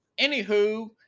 anywho